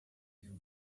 you